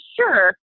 sure